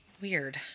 weird